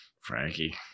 Frankie